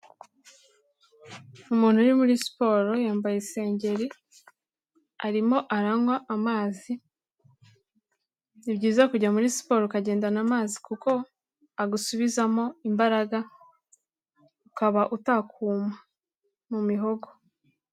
Umuntu uri muri siporo yambayeri, arimo aranywa amazi, ni byiza kujya muri siporo ukagenana amazi kuko agusubizamo imbaraga, ukaba utakuma mu mihogo.